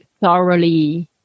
thoroughly